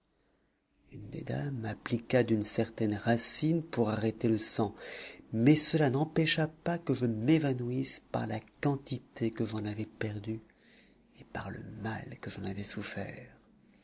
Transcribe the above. une des dames appliqua d'une certaine racine pour arrêter le sang mais cela n'empêcha pas que je m'évanouisse par la quantité que j'en avais perdue et par le mal que j'avais souffert